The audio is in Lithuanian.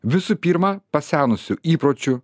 visų pirma pasenusių įpročių